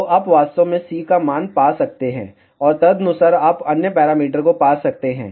तो आप वास्तव में C का मान पा सकते हैं और तदनुसार आप अन्य पैरामीटर को पा सकते हैं